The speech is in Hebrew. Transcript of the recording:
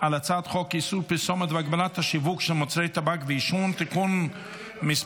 על הצעת חוק איסור פרסומת והגבלת השיווק של מוצרי טבק ועישון (תיקון מס'